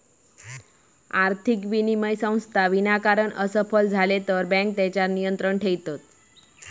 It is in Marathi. आर्थिक विनिमय संस्था विनाकारण असफल झाले तर बँके तेच्यार नियंत्रण ठेयतत